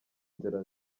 inzira